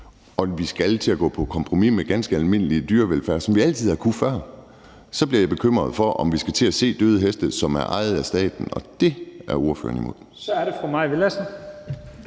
og vi skal til at gå på kompromis med ganske almindelig dyrevelfærd, som vi altid har kunnet gøre før, så bliver jeg bekymret for, om vi skal til at se døde heste, som er ejet af staten, og dét er jeg imod. Kl. 15:05 Første